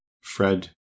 Fred